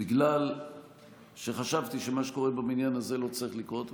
בגלל שחשבתי שמה שקורה בבניין הזה לא צריך לקרות,